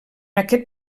aquest